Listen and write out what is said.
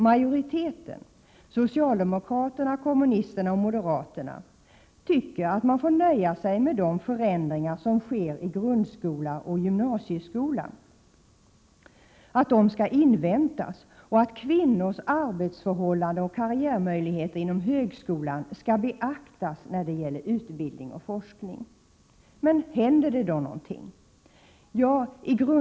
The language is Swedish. Majoriteten — socialdemokraterna, kommunisterna och moderaterna — tycker att man får nöja sig med att de förändringar som sker i grundskola och gymnasieskola skall inväntas och att kvinnors arbetsförhållanden och karriärmöjligheter inom högskolan skall beaktas när det gäller utbildning och forskning. Händer det då något?